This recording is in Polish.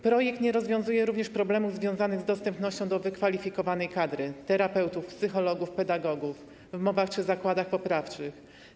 Projekt nie rozwiązuje również problemów związanych z dostępnością wykwalifikowanej kadry terapeutów, psychologów, pedagogów w MOW-ach czy zakładach poprawczych.